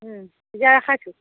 এতিয়া ৰখাইছোঁ